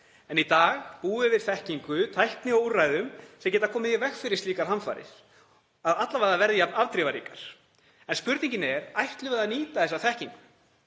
en í dag búum við yfir þekkingu, tækni og úrræðum sem geta komið í veg fyrir slíkar hamfarir, alla vega að þær verði jafn afdrifaríkar. En spurningin er: Ætlum við að nýta þessa þekkingu?